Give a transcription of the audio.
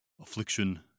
affliction